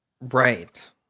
Right